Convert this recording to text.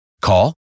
Call